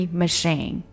machine